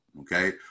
okay